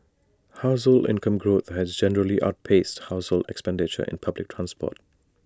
household income growth has generally outpaced household expenditure in public transport